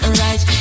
right